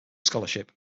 scholarship